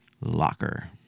locker